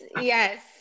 Yes